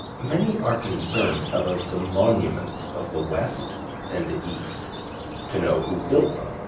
many are concerned about the monuments of the west and the east to know who built them.